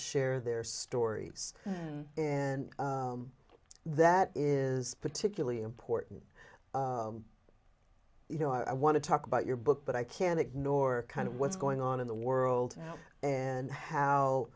share their stories and that is particularly important you know i want to talk about your book but i can ignore kind of what's going on in the world and how